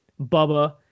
Bubba